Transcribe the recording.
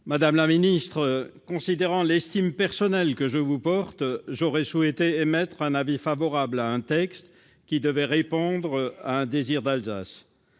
Madame la ministre, considérant l'estime personnelle que je vous porte, j'aurais souhaité émettre avis favorable sur un texte qui devait répondre à un « désir d'Alsace